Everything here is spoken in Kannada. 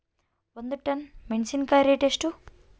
ಒಂದು ಟನ್ ಮೆನೆಸಿನಕಾಯಿ ರೇಟ್ ಎಷ್ಟು?